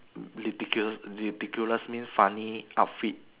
ridiculous ridiculous means funny outfit